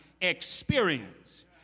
experience